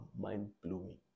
mind-blowing